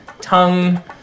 tongue